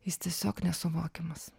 jis tiesiog nesuvokiamas